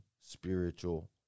spiritual